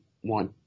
one